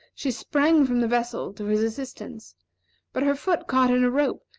she sprang from the vessel to his assistance but her foot caught in a rope,